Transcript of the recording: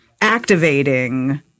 activating